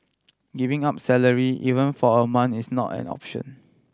giving up salary even for a month is not an option